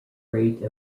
rate